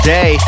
Day